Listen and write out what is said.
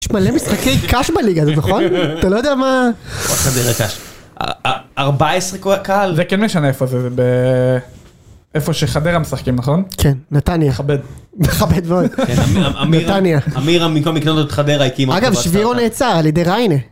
יש מלא משחקי קש בליגה הזאת נכון? אתה לא יודע מה... חדרה היא קש. ארבע עשרה קהל? זה כן משנה איפה זה, זה באיפה שחדרה משחקים נכון? כן, נתניה. כבד. מכבד מאוד. כן, עמירם. נתניה. עמירם במקום לקנות את חדרה הקים... טובה. אגב, שבירו נעצר על ידי ריינה.